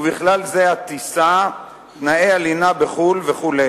ובכלל זה הטיסה, תנאי הלינה בחו"ל וכו'.